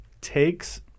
takes